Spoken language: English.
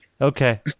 Okay